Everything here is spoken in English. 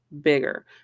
bigger